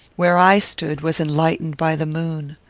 where i stood was enlightened by the moon.